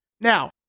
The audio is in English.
Now